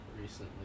recently